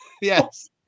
Yes